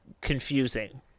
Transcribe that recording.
confusing